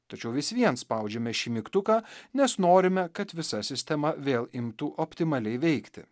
tačiau vis vien spaudžiame šį mygtuką nes norime kad visa sistema vėl imtų optimaliai veikti